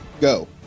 Go